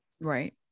right